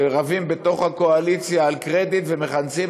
כשרבים בתוך הקואליציה על קרדיט ומכנסים